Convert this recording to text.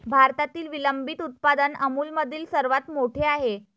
भारतातील विलंबित उत्पादन अमूलमधील सर्वात मोठे आहे